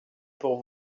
pour